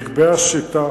נקבעה שיטה